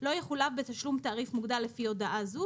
לא יחויב בתשלום תעריף מוגדל לפי הודעה זו,